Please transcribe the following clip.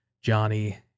Johnny